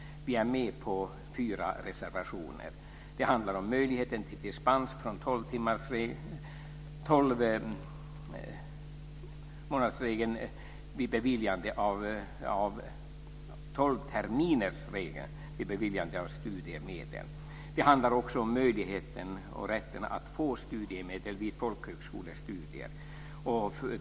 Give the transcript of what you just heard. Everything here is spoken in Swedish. Vi är med på fyra reservationer. Det handlar om möjligheten till dispens från tolvterminersregeln vid beviljande av studiemedel. Det handlar också om möjligheten och rätten att få studiemedel vid folkhögskolestudier.